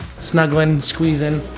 snuggling, squeezing,